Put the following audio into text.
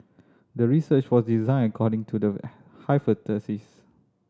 the research was designed according to the